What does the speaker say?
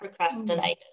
procrastinators